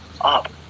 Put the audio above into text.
up